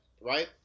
right